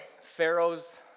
Pharaoh's